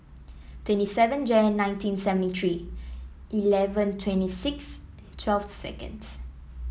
twenty seven Jan nineteen seventy three eleven twenty six twelve seconds